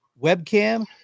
webcam